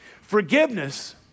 Forgiveness